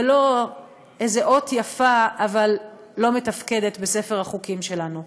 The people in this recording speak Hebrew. ולא איזו אות יפה אבל לא מתפקדת בספר החוקים שלנו,